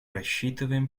рассчитываем